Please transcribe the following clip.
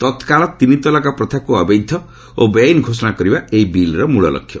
ତତ୍କାଳ ତିନି ତଲାକ୍ ପ୍ରଥାକୁ ଅବୈଧ ଓ ବେଆଇନ୍ ଘୋଷଣା କରିବା ଏହି ବିଲ୍ର ମୂଳ ଲକ୍ଷ୍ୟ